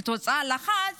וכתוצאה מהלחץ